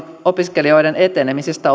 opiskelijoiden etenemisestä